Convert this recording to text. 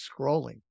scrolling